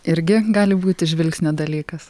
irgi gali būti žvilgsnio dalykas